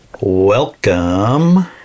Welcome